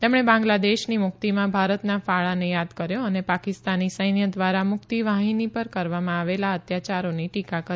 તેમણે બાંગ્લાદેશની મુકિતમાં ભારતના કાળાને યાદ કર્યો અને પાકિસ્તાની સૈન્ય ધ્વારા મ્રકિતવાહીની પર કરવામાં આવેલા અત્યાચારોની ટીકા કરી